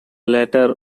latter